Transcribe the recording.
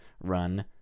run